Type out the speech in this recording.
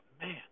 man